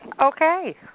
Okay